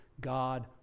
God